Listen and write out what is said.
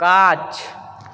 गाछ